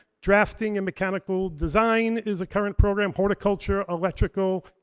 drafting and mechanical design is a current program. horticulture, electrical,